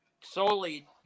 solely